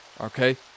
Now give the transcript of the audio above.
Okay